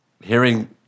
Hearing